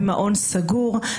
במעון סגור.